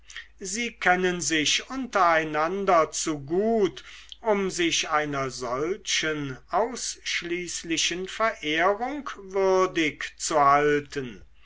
sie kennen sich untereinander zu gut um sich einer solchen ausschließlichen verehrung würdig zu halten